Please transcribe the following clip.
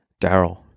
daryl